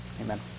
Amen